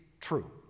true